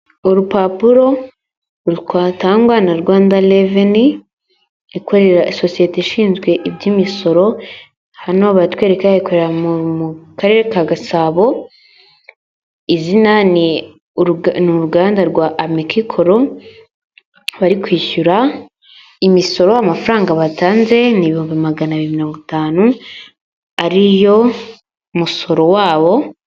Urupapuro rwatangwa na Rwanda Revenue ikorera sosiyete ishinzwe iby'imisoro, hano batwereka ikorera mu karere ka Gasabo izina ni uruganda rwa amekikoro bari kwishyura imisoro amafaranga batanze ni ibihumbi magana abiri mirongo itanu ariyo musoro wabo.